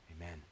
Amen